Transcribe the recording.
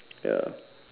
ya